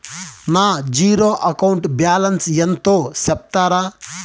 నా zero account balance ఎంతో సెప్తారా?